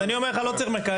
אז אני אומר לך, לא צריך מחקר.